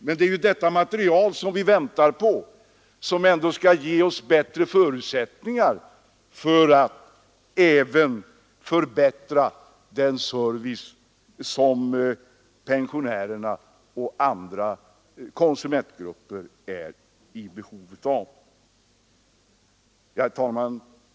Men det är ett bättre undersökningsmaterial som vi nu väntar på och som skall ge oss större förutsättningar att förbättra den service som pensionärer och även andra konsumentgrupper är i behov av. Herr talman!